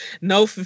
no